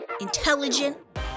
intelligent